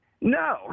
No